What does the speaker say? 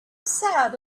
sad